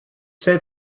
sent